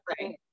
right